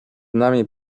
nami